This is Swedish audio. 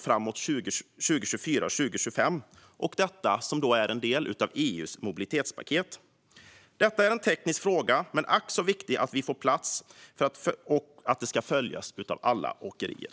framåt 2024-2025 - en del av EU:s mobilitetspaket. Detta är en teknisk fråga - men ack så viktig att den kommer på plats och följs av alla åkerier.